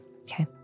Okay